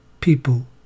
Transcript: people